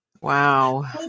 Wow